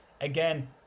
again